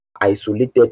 isolated